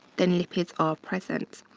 then lipids are present.